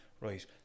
right